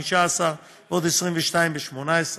15, ועוד 22 ב-2018,